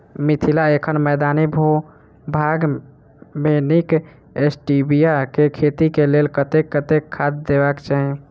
मिथिला एखन मैदानी भूभाग मे नीक स्टीबिया केँ खेती केँ लेल कतेक कतेक खाद देबाक चाहि?